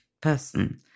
person